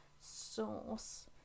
sauce